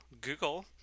Google